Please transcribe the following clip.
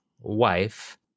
wife